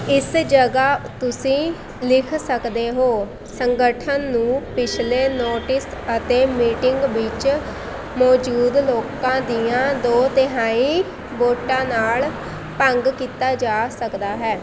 ਇਸ ਜਗ੍ਹਾ ਤੁਸੀਂ ਲਿਖ ਸਕਦੇ ਹੋ ਸੰਗਠਨ ਨੂੰ ਪਿਛਲੇ ਨੋਟਿਸ ਅਤੇ ਮੀਟਿੰਗ ਵਿੱਚ ਮੌਜੂਦ ਲੋਕਾਂ ਦੀਆਂ ਦੋ ਤਿਹਾਈ ਵੋਟਾਂ ਨਾਲ ਭੰਗ ਕੀਤਾ ਜਾ ਸਕਦਾ ਹੈ